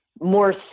more